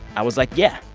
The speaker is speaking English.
i was like, yeah,